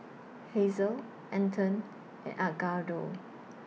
Hazelle Anton and Edgardo